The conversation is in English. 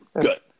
Good